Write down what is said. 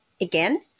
again